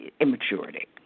immaturity